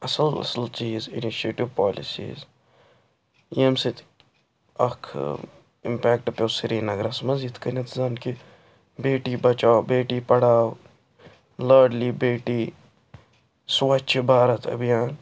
اَصٕل اَصٕل چیٖز اِنِشیٹوٗ پالِسیٖز ییٚمہِ سۭتۍ اَکھ اِمپیٚکٹ پٮ۪و سریٖنَگرَس مَنٛز یِتھٕ کٔنٮ۪تھ زَن کہِ بیٹی بچاو بیٹی پَڑھاو لاڈلی بیٹی سُوَچھ بھارت ابھیان